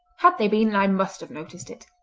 had they been, i must have noticed it